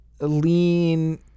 lean